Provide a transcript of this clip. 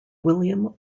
william